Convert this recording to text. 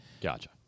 Gotcha